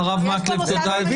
ולכן אנחנו לחלוטין